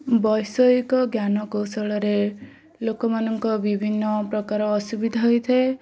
ବୈଷୟିକ ଜ୍ଞାନକୌଶଳରେ ଲୋକମାନଙ୍କ ବିଭିନ୍ନ ପ୍ରକାର ଅସୁବିଧା ହୋଇଥାଏ